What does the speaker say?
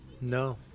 No